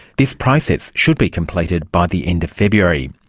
this process should be completed by the end of february.